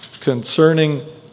concerning